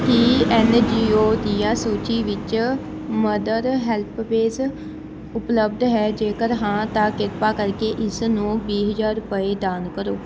ਕੀ N G O ਦੀਆਂ ਸੂਚੀ ਵਿੱਚ ਮਦਰ ਹੈਲਪ ਪੇਜ ਉਪਲੱਬਧ ਹੈ ਜੇਕਰ ਹਾਂ ਤਾਂ ਕਿਰਪਾ ਕਰਕੇ ਇਸ ਨੂੰ ਵੀਹ ਹਜ਼ਾਰ ਰੁਪਏ ਦਾਨ ਕਰੋ